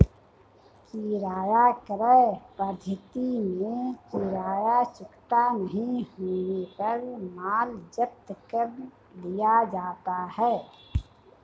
किराया क्रय पद्धति में किराया चुकता नहीं होने पर माल जब्त कर लिया जाता है